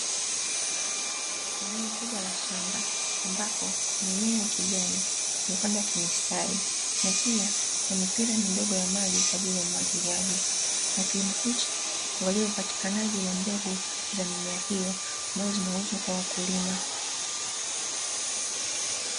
Eneo kubwa la shamba ambapo kuna mimea ya kijani ilio pandwa ki mistari, pia kuna mipira midogo ya maji kwa ajili ya umwagiliaji. Na kiilimo hichi kwa ni ajili ya hupatikanaji wa mbegu za mimea hiyo ambazo zinauzwa kwa wakulima.